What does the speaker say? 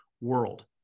world